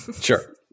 Sure